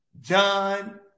John